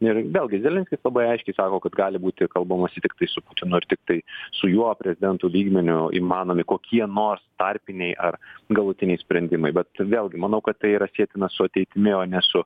ir vėlgi zelenskis labai aiškiai sako kad gali būti kalbamasi tiktai su putinu ir tiktai su juo prezidentų lygmeniu įmanomi kokie nors tarpiniai ar galutiniai sprendimai bet vėlgi manau kad tai yra sietina su ateitimi o ne su